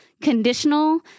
conditional